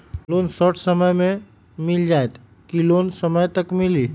Loan short समय मे मिल जाएत कि लोन समय तक मिली?